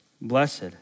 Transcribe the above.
Blessed